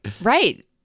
Right